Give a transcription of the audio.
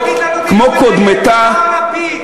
כמו קודמתה,